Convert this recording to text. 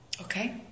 Okay